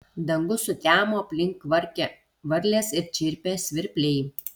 dangus sutemo aplink kvarkė varlės ir čirpė svirpliai